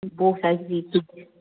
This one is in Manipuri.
ꯕꯣꯛꯁ ꯍꯥꯏꯁꯤꯗꯤ